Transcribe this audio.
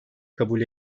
kabul